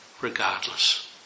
regardless